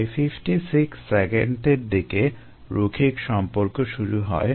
প্রায় 56 সেকেন্ডের দিকে রৈখিক সম্পর্ক শুরু হয়